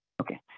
Okay